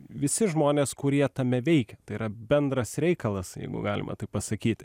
visi žmonės kurie tame veikia tai yra bendras reikalas jeigu galima taip pasakyti